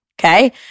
Okay